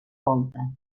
volta